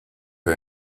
for